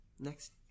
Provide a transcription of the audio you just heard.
Next